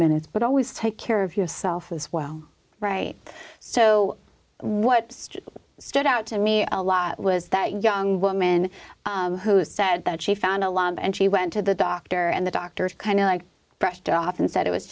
minutes but always take care of yourself as well right so what stood out to me a lot was that young woman who said that she found a lot and she went to the doctor and the doctors kind of like brushed off and said it was